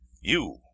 You